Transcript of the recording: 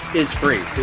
is free.